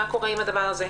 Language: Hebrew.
לדעת מה קורה עם הדבר הזה,